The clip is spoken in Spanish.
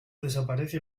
desaparece